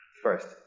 First